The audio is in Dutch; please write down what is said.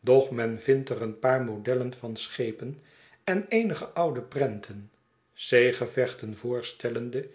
doch men vindt er een paar modellen van schepen en eenige oude prenten zeegevechten voorstellende